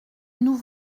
nous